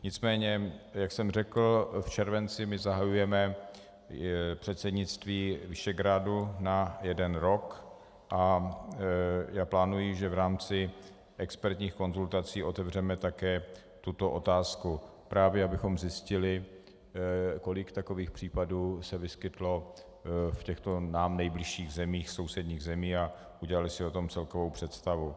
Nicméně jak jsem řekl, v červenci zahajujeme předsednictví Visegrádu na jeden rok a já plánuji, že v rámci expertních konzultací otevřeme také tuto otázku, právě abychom zjistili, kolik takových případů se vyskytlo v těchto nám nejbližších zemích, sousedních zemích, a udělali si o tom celkovou představu.